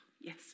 Yes